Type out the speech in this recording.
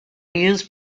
used